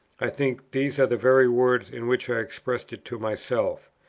i think, these are the very words in which i expressed it to myself.